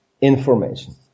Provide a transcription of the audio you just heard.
information